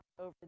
over